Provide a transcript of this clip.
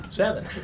seven